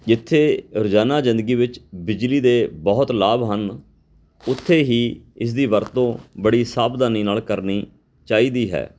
ਜਿੱਥੇ ਰੋਜ਼ਾਨਾ ਜ਼ਿੰਦਗੀ ਵਿੱਚ ਬਿਜਲੀ ਦੇ ਬਹੁਤ ਲਾਭ ਹਨ ਉੱਥੇ ਹੀ ਇਸ ਦੀ ਵਰਤੋਂ ਬੜੀ ਸਾਵਧਾਨੀ ਨਾਲ ਕਰਨੀ ਚਾਹੀਦੀ ਹੈ